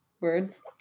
words